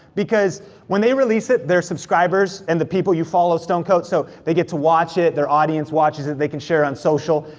because when they release it, their subscribers, and the people you follow, stone coat, so they get to watch it, their audience watches it, they can share on social.